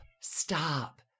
stop